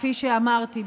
כפי שאמרתי,